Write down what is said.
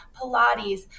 Pilates